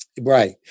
Right